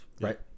right